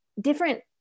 Different